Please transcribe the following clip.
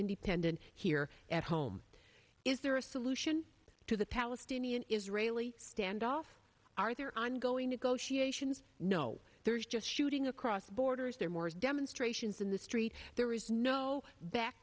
independent here at home is there a solution to the palestinian israeli standoff are there ongoing negotiations no there is just shooting across borders there more demonstrations in the street there is no